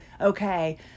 okay